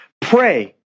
pray